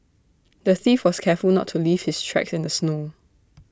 the thief was careful to not leave his tracks in the snow